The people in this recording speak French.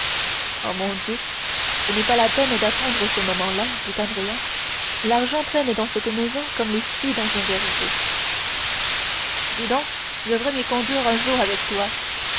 oh mon dieu ce n'est pas la peine d'attendre ce moment-là dit andrea l'argent traîne dans cette maison-là comme les fruits dans un verger dis donc tu devrais m'y conduire un jour avec toi